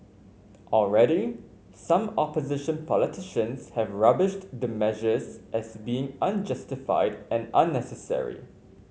already some opposition politicians have rubbished the measures as being unjustified and unnecessary